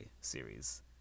series